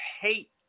hate